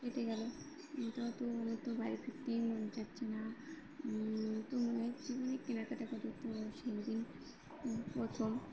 কেটে গেল তো তো তো বাড়ি ফিরতেই মন যাচ্ছে না তো মনে হচ্ছে ওখানে কেনাকাটা করি তো সেই দিন প্রথম